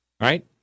Right